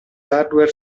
hardware